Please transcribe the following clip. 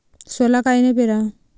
सोला कायनं पेराव?